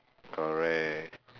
correct